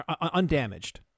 undamaged